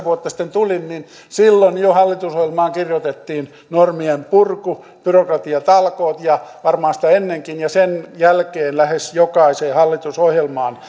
vuotta sitten tulin niin jo silloin hallitusohjelmaan kirjoitettiin normien purku byrokratiatalkoot ja varmaan sitä ennenkin ja sen jälkeen lähes jokaiseen hallitusohjelmaan